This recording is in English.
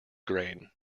grain